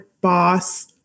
boss